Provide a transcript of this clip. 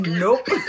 nope